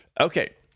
Okay